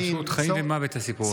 זה פשוט חיים ומוות, הסיפור הזה.